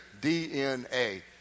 DNA